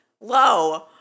low